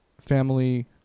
family